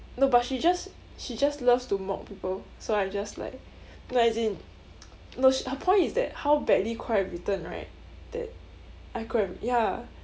no but she just she just loves to mock people so I just like no as in no sh~ her point is that how badly could I have written right that I could have ya